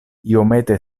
iomete